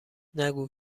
نگو